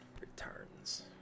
returns